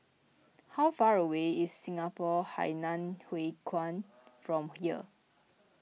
how far away is Singapore Hainan Hwee Kuan from here